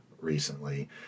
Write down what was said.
recently